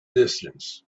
distance